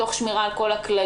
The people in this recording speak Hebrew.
תוך שמירה על כל הכללים,